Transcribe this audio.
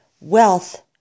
Wealth